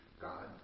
God